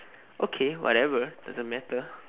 okay whatever doesn't matter